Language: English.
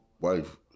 wife